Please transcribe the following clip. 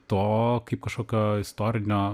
to kaip kažkokio istorinio